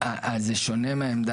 זו סוגיה